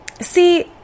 See